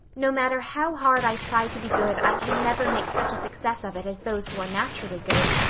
no matter how hard i try to be good i can never make such a success of it as those who are naturally good.